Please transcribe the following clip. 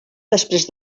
després